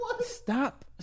Stop